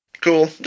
cool